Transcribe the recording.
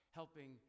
helping